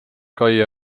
kai